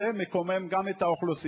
זה מקומם גם את האוכלוסייה,